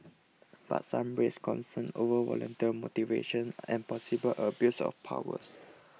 but some raised concerns over volunteer motivations and possible abuse of powers